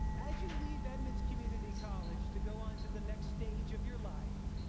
as you leave edmonds community college to go on to the next stage of your life,